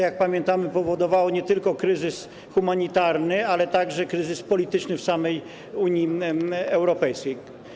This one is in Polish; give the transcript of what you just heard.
Jak pamiętamy, spowodowało to nie tylko kryzys humanitarny, ale także kryzys polityczny w samej Unii Europejskiej.